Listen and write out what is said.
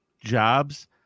jobs